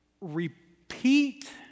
repeat